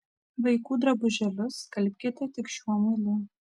vaikų drabužėlius skalbkite tik šiuo muilu